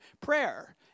prayer